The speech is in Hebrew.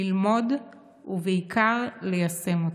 ללמוד ובעיקר ליישם אותו.